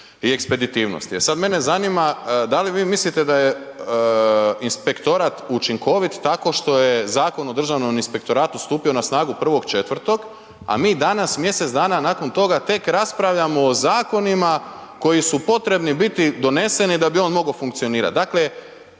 i ekspeditivnosti. E sad mene zanima da li vi mislite da je inspektorat učinkovit tako što je Zakonom o Državnom inspektoratu stupio na snagu 1.4. a mi danas, mjesec dana nakon toga tek raspravljamo o zakonima koji su potrebni biti doneseni da bi on mogao funkcionirat?